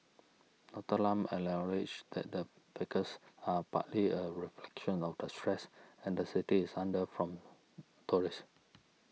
Doctor Lam acknowledges that the fracas are partly a reflection of the stress and the city is under from tourists